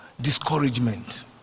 discouragement